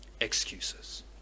excuses